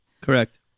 Correct